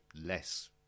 less